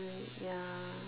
doing ya